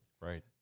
Right